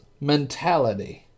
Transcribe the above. mentality